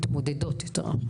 מתמודדות יותר נכון,